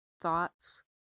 thoughts